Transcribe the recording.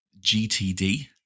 GTD